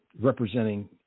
representing